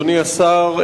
אדוני השר,